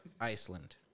Iceland